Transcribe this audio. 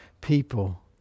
people